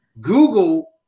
Google